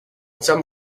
some